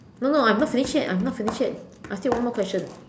no no I'm not finished yet I'm not finished yet I still have one more question